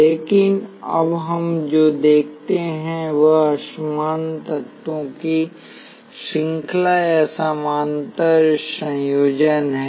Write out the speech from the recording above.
लेकिन अब हम जो देखते हैं वह असमान तत्वों की श्रृंखला या समानांतर संयोजन है